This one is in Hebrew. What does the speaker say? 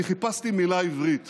אני חיפשתי מילה עברית